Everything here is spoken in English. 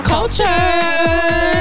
Culture